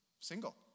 single